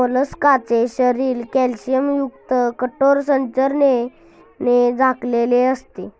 मोलस्काचे शरीर कॅल्शियमयुक्त कठोर संरचनेने झाकलेले असते